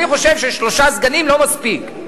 שלושה סגנים לא מספיק,